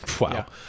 Wow